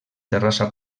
terrassa